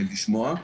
לשמוע.